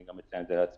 אני מציין את זה לעצמי.